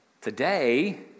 today